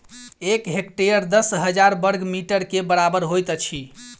एक हेक्टेयर दस हजार बर्ग मीटर के बराबर होइत अछि